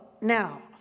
now